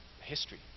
history